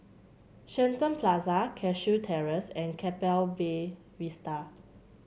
Shenton Plaza Cashew Terrace and Keppel Be Vista